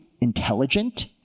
intelligent